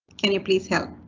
can you please help?